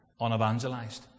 unevangelized